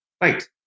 Right